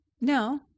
No